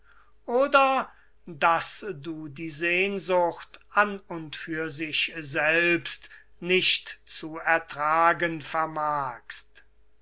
oder daß du die sehnsucht an und für sich selbst nicht zu ertragen vermagst